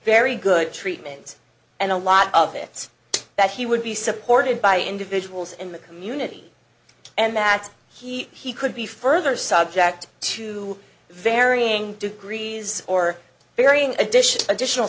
very good treatment and a lot of it that he would be supported by individuals in the community and that he could be further subject to varying degrees or varying additional additional